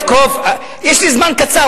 יש לי זמן קצר.